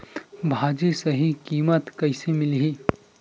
भाजी सही कीमत कइसे मिलही?